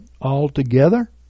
altogether